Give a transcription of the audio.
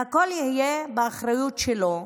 והכול יהיה באחריות שלו,